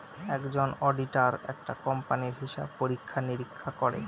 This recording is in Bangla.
একজন অডিটার একটা কোম্পানির হিসাব পরীক্ষা নিরীক্ষা করে